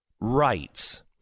rights